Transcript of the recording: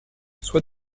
soit